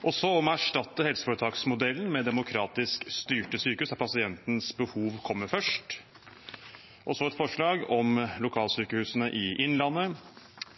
forslag om å erstatte helseforetaksmodellen med demokratisk styrte sykehus der pasientenes behov kommer først. Jeg fremmer et forslag om lokalsykehusene i Innlandet.